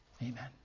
Amen